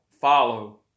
follow